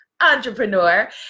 entrepreneur